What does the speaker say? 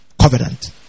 Covenant